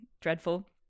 dreadful